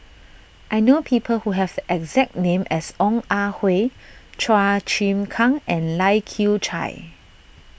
I know people who have the exact name as Ong Ah Hoi Chua Chim Kang and Lai Kew Chai